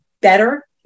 better